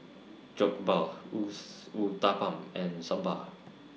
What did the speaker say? Jokbal Uthapam and Sambar